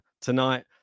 tonight